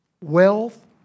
Wealth